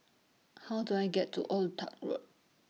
How Do I get to Old Toh Tuck Road